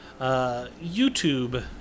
YouTube